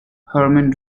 herman